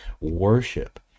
worship